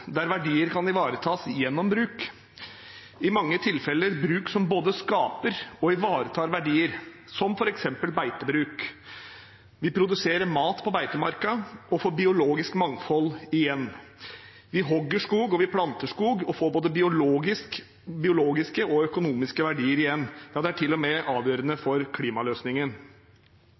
der verdier kan ivaretas gjennom bruk – i mange tilfeller bruk som både skaper og ivaretar verdier, som f.eks. beitebruk. Vi produserer mat på beitemarken og får biologisk mangfold igjen. Vi hogger skog og planter skog og får både biologiske og økonomiske verdier igjen. Det er til og med avgjørende for klimaløsningen.